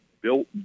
built